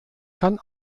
kann